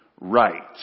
right